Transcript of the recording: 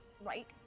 right